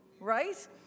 right